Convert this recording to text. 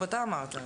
אתה אמרת.